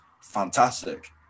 fantastic